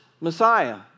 Messiah